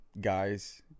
guys